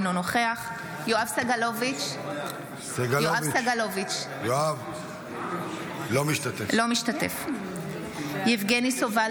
אינו נוכח יואב סגלוביץ' אינו משתתף בהצבעה יבגני סובה,